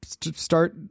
start